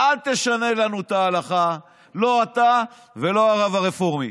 אל תשנה לנו את ההלכה, לא אתה ולא הרב הרפורמי.